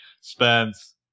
Spence